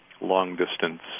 long-distance